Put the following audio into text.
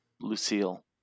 Lucille